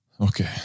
Okay